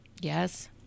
Yes